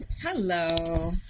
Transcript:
hello